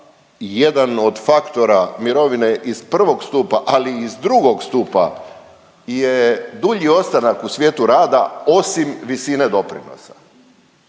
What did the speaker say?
jedan od faktora mirovine iz prvog stupa, ali i iz drugog stupa je dulji ostanak u svijetu rada osim visine doprinosa.